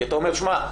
כי אתה אומר: שמע,